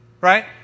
Right